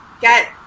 Get